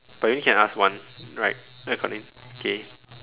but you only can ask one right recording K